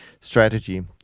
strategy